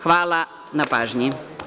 Hvala na pažnji.